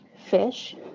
fish